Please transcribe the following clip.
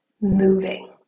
moving